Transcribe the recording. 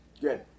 Good